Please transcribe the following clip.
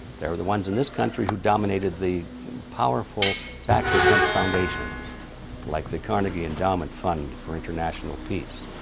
they're the ones in this country who dominated the powerful tax-exempt foundations like the carnegie endowment fund for international peace,